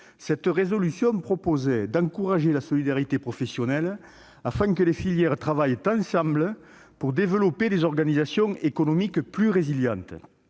Cette résolution proposait tout d'abord d'encourager la solidarité professionnelle afin que les filières travaillent ensemble pour développer des organisations économiques plus résilientes.